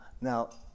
Now